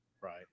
Right